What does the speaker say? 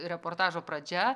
reportažo pradžia